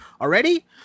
already